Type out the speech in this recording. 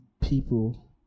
people